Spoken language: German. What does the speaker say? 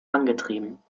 angetrieben